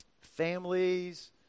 families